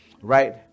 right